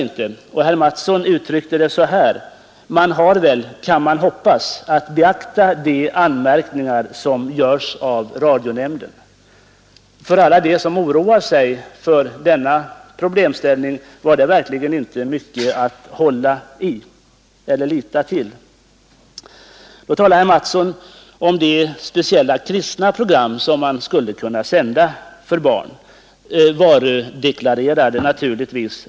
Herr Mattsson i Lane-Herrestad uttryckte det så här: ”Man har väl, kan man hoppas, att beakta de anmärkningar som görs av radionämnden.” Det var verkligen inte mycket att lita till för alla dem som nu oroas av tendentiösa barnprogram. Herr Mattsson talade vidare om att man skulle kunna sända speciella kristna program för barn — varudeklarerade redan från början naturligtvis.